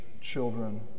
children